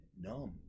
numb